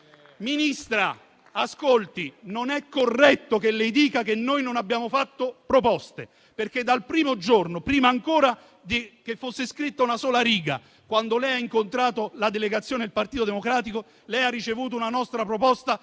ascolti, non è corretto che lei dica che noi non abbiamo fatto proposte, perché dal primo giorno, prima ancora che fosse scritta una sola riga, quando lei ha incontrato la delegazione del Partito Democratico, ha ricevuto una nostra proposta